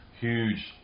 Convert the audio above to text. huge